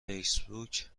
فیسبوک